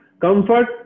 Comfort